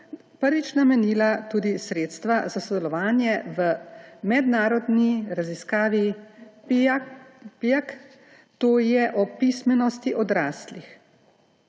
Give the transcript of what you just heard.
prvič namenila tudi sredstva za sodelovanje v mednarodni raziskavi PIAAC, to je o pismenosti odraslih.